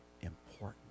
important